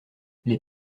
les